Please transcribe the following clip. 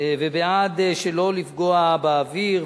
ובעד שלא לפגוע באוויר